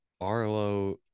Arlo